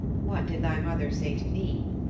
what did thy mother say to thee?